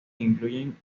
incluyen